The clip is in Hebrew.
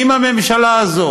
אם הממשלה הזאת